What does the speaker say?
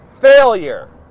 failure